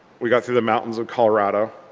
we got through the mountains of colorado.